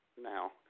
now